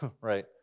right